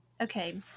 Okay